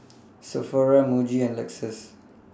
Sephora Muji and Lexus